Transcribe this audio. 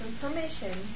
permission